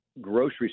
grocery